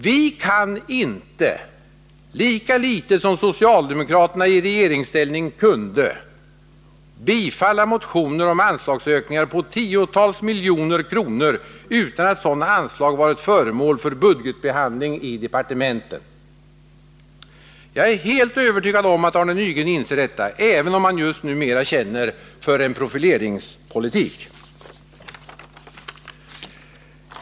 Vi kan inte, lika litet som socialdemokraterna i regeringsställning kunde, bifalla motioner om anslagsökningar på tiotals miljoner utan att sådana anslag varit föremål för budgetbehandling i departementen. Jag är helt 125 övertygad om att Arne Nygren inser detta, även om han just nu mera känner för en profileringspolitik.